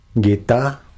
Gita